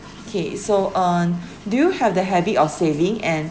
okay so on do you have the habit of saving and